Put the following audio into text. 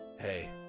Hey